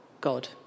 God